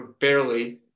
barely